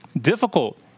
difficult